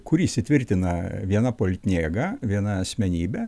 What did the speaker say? kur įsitvirtina viena politinė jėga viena asmenybė